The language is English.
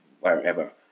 wherever